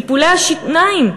טיפולי השיניים.